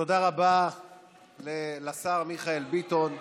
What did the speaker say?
תודה רבה לשר מיכאל ביטון.